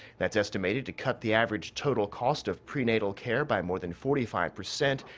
that's estimated to cut the average total cost of prenatal care by more than forty five percent.